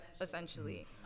essentially